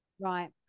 Right